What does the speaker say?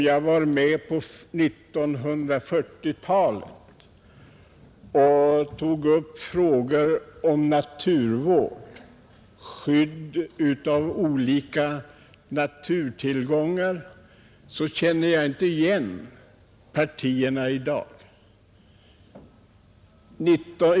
Jag var med på 1940-talet och tog upp frågor om naturvård och skydd av olika naturtillgångar, och jag känner inte igen partiernas agerande i dag.